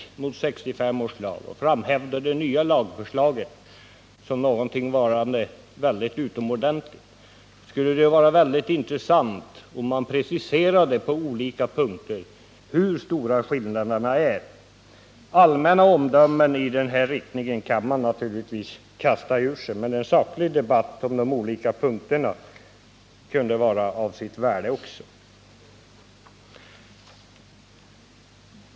1965 års lag och framhåller det nya lagförslaget som någonting synnerligen utomordentligt skulle det vara mycket intressant om man preciserade hur stora skillnaderna på olika punkter är. Allmänna omdömen i den här riktningen kan man naturligtvis kasta ur sig, men en saklig debatt om de olika punkterna kunde också vara av värde.